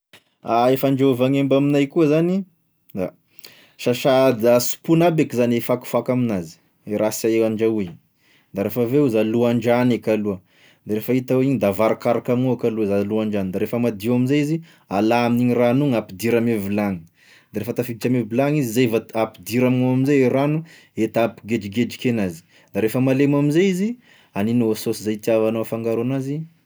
Ah e fandrahoa vagnemba aminay koa zany, da sasa da simpogny aby eky zany e fakofako amign'azy, e raha sy hay andrahoy, da refa aveo izy alo an-drano eky aloha de refa hita oe igny da avarikarika amignao ka alo an-dragno da refa madio amzay izy da alà amin'igny rano igny ampidira ame vilagny, da refa tafiditra ame vilagny izy zay vao a- ampidira amign'ao amzay e rano he ta hampigetrigetriky an'azy, da refa malemy am'zay izy haninao e saosy ze hitiavanao afangaro anazy da vita.